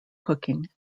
cooking